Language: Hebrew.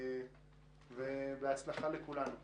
בהצלחה לכולנו.